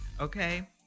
Okay